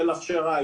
של הכשרה,